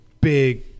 big